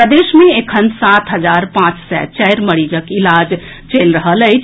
प्रदेश मे एखन सात हजार पांच सय चारि मरीजक इलाज चलि रहल अछि